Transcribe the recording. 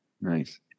Nice